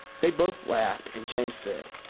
they both laughed, and james said,